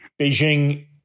Beijing